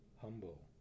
humble